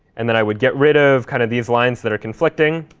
and then i would get rid of kind of these lines that are conflicting.